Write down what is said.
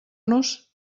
nos